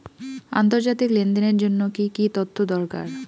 আন্তর্জাতিক লেনদেনের জন্য কি কি তথ্য দরকার?